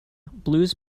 blues